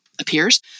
appears